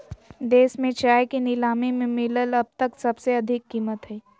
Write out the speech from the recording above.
देश में चाय के नीलामी में मिलल अब तक सबसे अधिक कीमत हई